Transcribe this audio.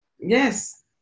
Yes